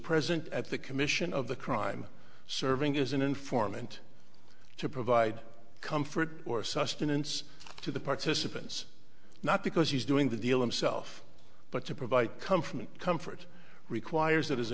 present at the commission of the crime serving is an informant to provide comfort or sustenance to the participants not because he's doing the deal himself but to provide comfort comfort requires that his